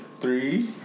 three